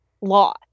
law